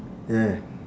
yeah